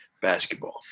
basketball